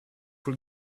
will